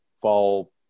fall